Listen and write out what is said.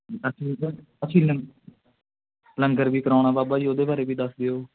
ਅਸੀਂ ਅਸੀਂ ਲੰਗ ਲੰਗਰ ਵੀ ਕਰਵਾਉਣਾ ਬਾਬਾ ਜੀ ਉਹਦੇ ਬਾਰੇ ਵੀ ਦੱਸ ਦਿਉ